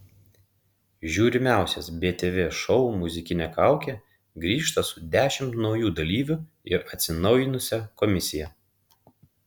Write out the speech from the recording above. žiūrimiausias btv šou muzikinė kaukė grįžta su dešimt naujų dalyvių ir atsinaujinusia komisija